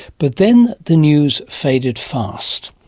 but then the news faded fast.